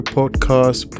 podcast